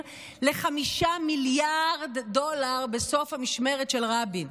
ל-5 מיליארד דולר בסוף המשמרת של רבין,